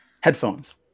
Headphones